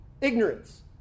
ignorance